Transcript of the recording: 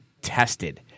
tested